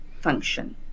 function